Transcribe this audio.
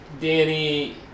Danny